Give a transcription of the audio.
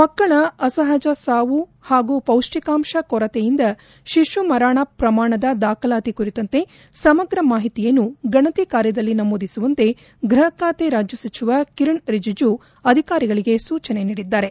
ಮಕ್ಕಳ ಅಸಹಜ ಸಾವು ಹಾಗೂ ಪೌಷ್ಟಿಕಾಂಶ ಕೊರತೆಯಿಂದ ಶಿಶು ಮರಣ ಪ್ರಮಾಣದ ದಾಖಲಾತಿ ಕುರಿತಂತೆ ಸಮಗ್ರ ಮಾಹಿತಿಯನ್ನು ಗಣತಿ ಕಾರ್ಯದಲ್ಲಿ ನಮೂದಿಸುವಂತೆ ಗೃಹಖಾತೆ ರಾಜ್ಲಸಚಿವ ಕಿರಣ್ ರಿಜುಜೂ ಅಧಿಕಾರಿಗಳಿಗೆ ಸೂಚನೆ ನೀಡಿದರು